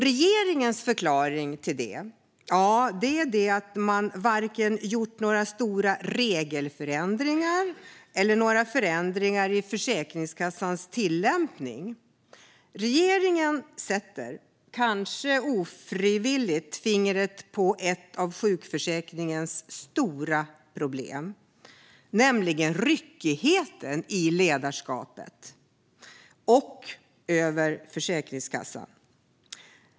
Regeringens förklaring till detta är att man varken har gjort några stora regelförändringar eller några förändringar i Försäkringskassans tillämpning. Regeringen sätter fingret, kanske ofrivilligt, på ett av sjukförsäkringens stora problem, nämligen ryckigheten i ledarskapet, även det över Försäkringskassan.